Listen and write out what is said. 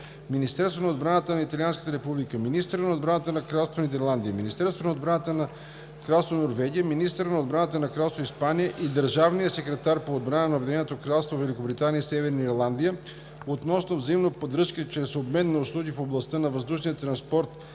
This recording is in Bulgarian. Министерството на отбраната на Италианската република, министъра на отбраната на Кралство Нидерландия, Министерството на отбраната на Кралство Норвегия, министъра на отбраната на Кралство Испания и държавния секретар по отбрана на Обединеното кралство Великобритания и Северна Ирландия относно взаимна поддръжка чрез обмен на услуги в областта на въздушния транспорт